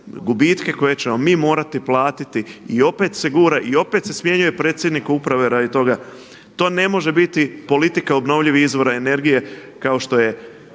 gubitke koje ćemo mi morati platiti i opet se gura i opet se smjenjuje predsjednika uprave radi toga. To ne može biti politika obnovljivih izvora energije kao što je